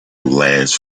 last